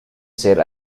ser